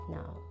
now